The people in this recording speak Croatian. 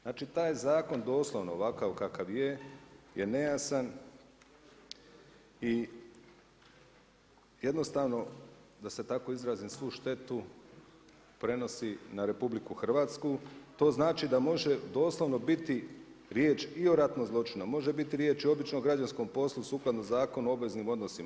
Znači taj je zakon doslovno ovakav kakav je je nejasan i jednostavno, da se tako izrazim, svu štetu prenosi na RH, to znači da može doslovno biti riječ i o ratnom zločinu, a može biti riječ i o običnom građanskom poslu sukladno Zakonu o obveznim odnosima.